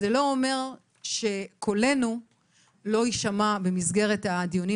זה לא אומר שקולנו לא יישמע במסגרת הדיונים.